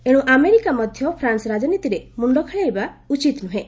ଏଣୁ ଆମେରିକା ମଧ୍ୟ ଫ୍ରାନ୍ସ ରାଜନୀତିରେ ମୁଣ୍ଡ ଖେଳାଇବା ଉଚିତ ନୁହେଁ